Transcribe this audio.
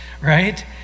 right